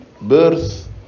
birth